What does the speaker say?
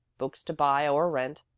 books to buy or rent,